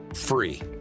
free